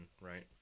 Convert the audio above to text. right